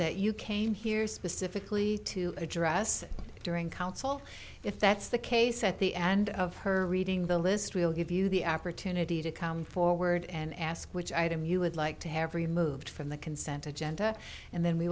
that you came here specifically to address during council if that's the case at the end of her reading the list will give you the opportunity to come forward and ask which item you would like to have removed from the consent agenda and then we